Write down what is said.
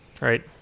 Right